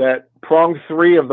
that prong three of